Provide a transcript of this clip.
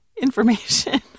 information